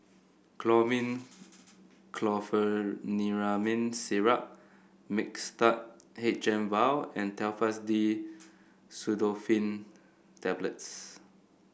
Chlormine Chlorpheniramine Syrup Mixtard H M vial and Telfast D Pseudoephrine Tablets